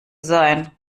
sein